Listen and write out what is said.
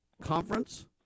conference